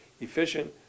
efficient